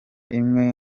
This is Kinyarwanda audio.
imwe